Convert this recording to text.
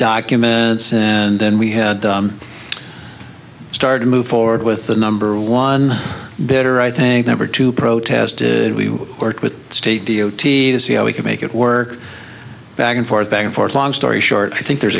documents and then we had started to move forward with the number one better i think number two protested we worked with state d o t d see how we can make it work back and forth back and forth long story short i think there's